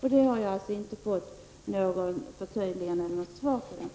Här har jag alltså inte fått några förtydliganden av statsrådet.